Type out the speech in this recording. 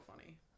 funny